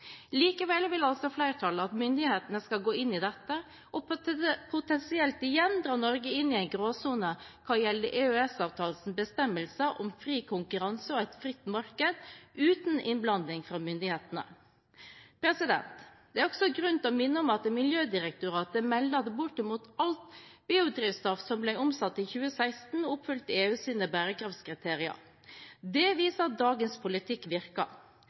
Likevel vil altså flertallet at myndighetene skal gå inn i dette, og potensielt igjen dra Norge inn i en gråsone hva gjelder EØS-avtalens bestemmelser om fri konkurranse og et fritt marked uten innblanding fra myndighetene. Det er også grunn til å minne om at Miljødirektoratet melder at bortimot alt biodrivstoff som ble omsatt i 2016, oppfylte EUs bærekraftskriterier. Det viser at dagens politikk virker.